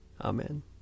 Amen